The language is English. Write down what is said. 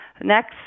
Next